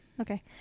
Okay